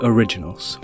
Originals